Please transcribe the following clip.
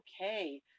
okay